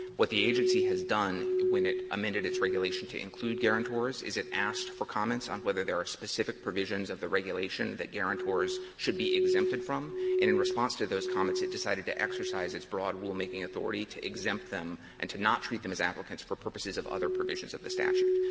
what the agency has done, when it amended its regulation to include guarantors, is it asked for comments on whether there are specific provisions of the regulation that guarantors should be exempted from. and in response to those comments, it decided to exercise its broad rulemaking authority to exempt them and to not treat them as applicants for purposes of other provisions of the statute.